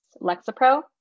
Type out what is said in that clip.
Lexapro